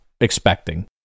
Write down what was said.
expecting